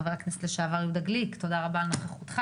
חבר הכנסת לשעבר יהודה גליק, תודה רבה על נוכחותך.